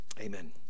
Amen